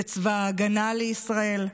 בצבא ההגנה לישראל,